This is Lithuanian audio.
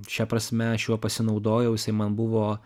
šia prasme aš juo pasinaudojau jisai man buvo